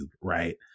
right